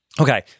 Okay